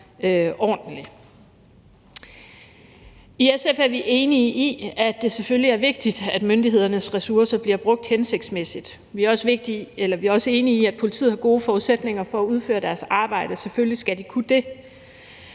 I SF er vi enige i, at det selvfølgelig er vigtigt, at myndighedernes ressourcer bliver brugt hensigtsmæssigt. Vi er også enige i, at politiet har gode forudsætninger for at udføre deres arbejde, og selvfølgelig skal de kunne det,